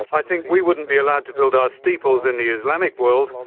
i think we wouldn't be allowed to build our steeples in the islamic world,